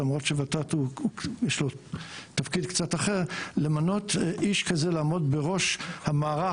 למרות שלוות"ת יש תפקיד קצת אחר למנות איש כזה לעמוד בראש המערך,